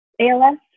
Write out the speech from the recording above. ALS